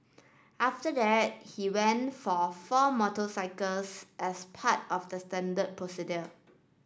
after that he went for four moto cycles as part of the standard procedure